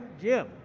Jim